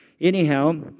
Anyhow